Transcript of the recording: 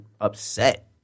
upset